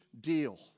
deal